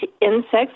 insects